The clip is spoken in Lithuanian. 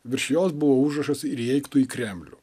virš jos buvo užrašas ir įeik tu į kremlių